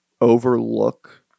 overlook